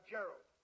Gerald